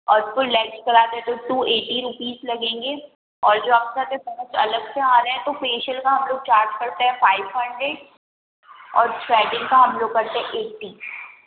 और full legs कराते है तो टू एट्टी लगेंगे और जो आप अलग से आ रहे हैं तो फेशिअल का हम लोग चार्ज करते हैं फाइव हंड्रेड और थ्रेडिंग का हम लोग करते हैं एट्टी